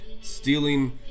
stealing